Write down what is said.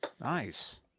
Nice